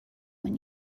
when